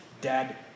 dad